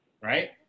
right